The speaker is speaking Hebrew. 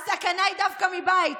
"הסכנה היא דווקא מבית,